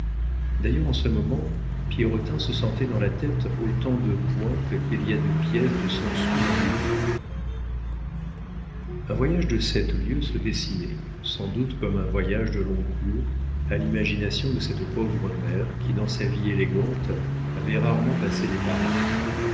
d'ailleurs en ce moment pierrotin se sentait dans la tête autant de pointes qu'il y a de pièces de cent sous dans mille francs un voyage de sept lieues se dessinait sans doute comme un voyage de long cours à l'imagination de cette pauvre mère qui dans sa vie élégante avait rarement passé les barrières